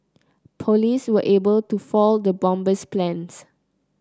police were able to foil the bomber's plans